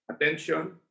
Attention